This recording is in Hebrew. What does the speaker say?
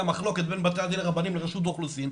המחלוקת בין בתי הדין הרבניים לרשות האוכלוסין.